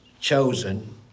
chosen